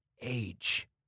age